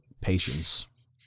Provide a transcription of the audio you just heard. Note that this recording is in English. patience